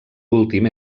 últim